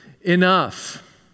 enough